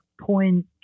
point